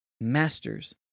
Masters